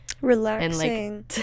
relaxing